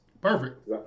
Perfect